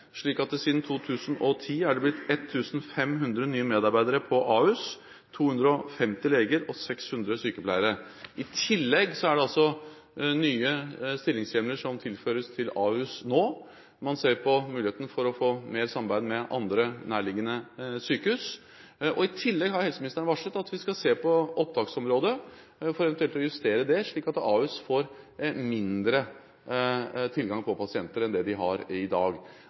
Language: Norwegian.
Siden 2010 er det blitt 1 500 nye medarbeidere på Ahus, 250 leger og 600 sykepleiere. I tillegg er det nye stillingshjemler som tilføres Ahus nå. Man ser på muligheten for å få mer samarbeid med andre nærliggende sykehus, og helseministeren har varslet at vi skal se på opptaksområdet for eventuelt å justere det, slik at Ahus får mindre tilgang på pasienter enn det de har i dag.